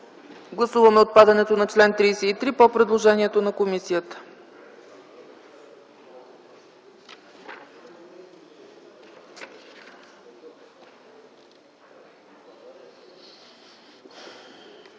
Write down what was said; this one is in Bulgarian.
Гласуваме отпадането на чл. 33 по предложение на комисията.